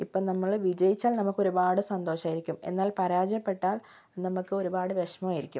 ഇപ്പ നമ്മള് വിജയിച്ചാൽ നമുക്ക് ഒരുപാട് സന്തോഷമായിരിക്കും എന്നാൽ പരാജയപ്പെട്ടാൽ നമുക്ക് ഒരുപാട് വിഷമമായിരിക്കും